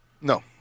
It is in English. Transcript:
No